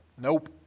nope